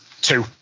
Two